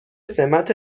سمت